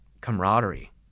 camaraderie